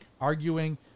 arguing